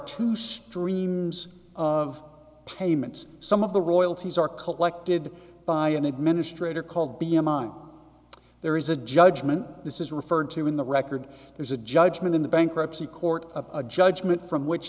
two streams of payments some of the royalties are collected by an administrator called be a mine there is a judgment this is referred to in the record there's a judgment in the bankruptcy court a judgment from which